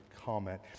comment